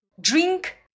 drink